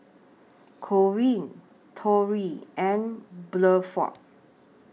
Corrine Torey and Bluford